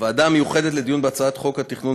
הוועדה המיוחדת לדיון בהצעות חוק התכנון